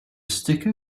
sticker